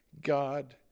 god